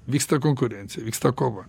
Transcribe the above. vyksta konkurencija vyksta kova